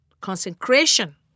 consecration